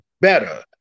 better